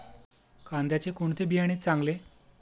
कांद्याचे कोणते बियाणे चांगले?